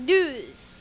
News